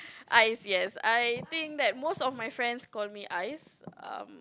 Ais yes I think that most of my friends call me Ais um